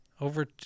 Over